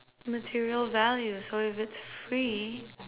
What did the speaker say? material value so if it's free